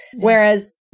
Whereas